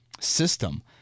system